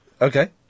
Okay